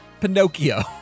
Pinocchio